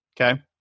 Okay